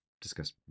discuss